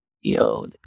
yo